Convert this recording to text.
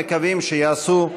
ומקווים שיעשו,